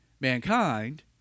mankind